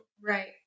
Right